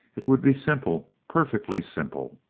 it would be simple, perfectly simple.